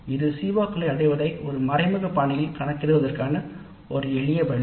இது CO களை அடைவதை ஒரு மறைமுக பாணியில் கணக்கிடுவதற்கான ஒரு எளிய வழி